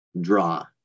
draw